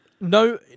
No